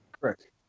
Correct